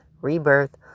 rebirth